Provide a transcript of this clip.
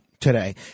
Today